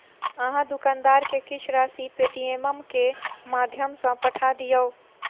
अहाँ दुकानदार के किछ राशि पेटीएमम के माध्यम सॅ पठा दियौ